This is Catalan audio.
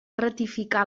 ratificar